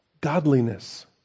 godliness